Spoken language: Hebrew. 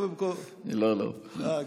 לא, לא.